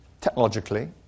technologically